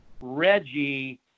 Reggie